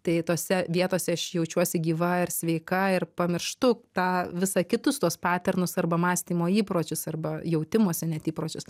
tai tose vietose aš jaučiuosi gyva ir sveika ir pamirštu tą visa kitus tuos paternus arba mąstymo įpročius arba jautimosi net įpročius